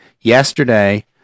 yesterday